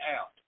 out